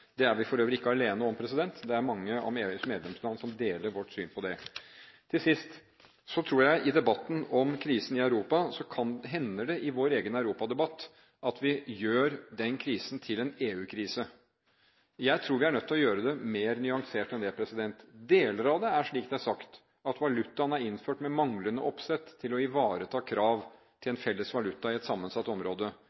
Det er vi for øvrig ikke alene om, det er mange av EUs medlemsland som deler vårt syn på det. Til sist: I debatten om krisen i Europa hender det i vår egen europadebatt at vi gjør den krisen til en EU-krise. Jeg tror vi er nødt til å gjøre det mer nyansert enn det. Deler av det er slik det er sagt, at valutaen er innført med manglende oppsett til å ivareta krav til